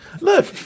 Look